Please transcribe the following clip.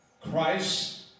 Christ